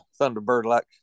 thunderbird-like